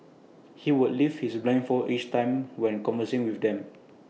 he would lift his blindfold each time when conversing with them